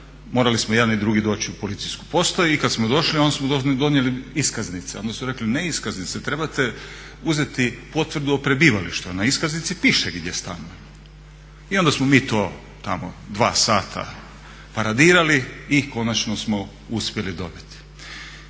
morali smo jedan i drugi doći u policijsku postaju i kada smo došli onda smo donijeli iskaznice. Oni su rekli ne iskaznice trebate uzeti potvrdu o prebivalištu, a na iskaznici piše gdje stanujemo. I onda smo mi to tamo dva sata paradirali i konačno smo uspjeli dobiti.